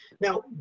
Now